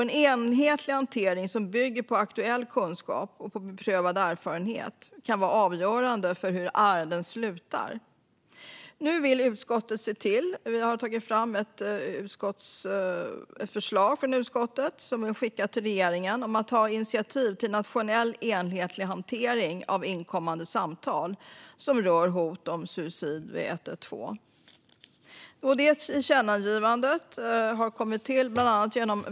En enhetlig hantering som bygger på aktuell kunskap och beprövad erfarenhet kan vara avgörande för hur ärenden slutar. Nu har vi i utskottet tagit fram ett förslag till regeringen om att det ska tas initiativ till en nationell enhetlig hantering av inkommande samtal som rör hot om suicid via 112.